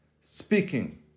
speaking